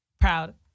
proud